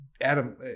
Adam